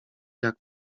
jak